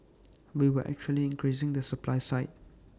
we were actually increasing the supply side